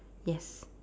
yes